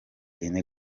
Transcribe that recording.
ine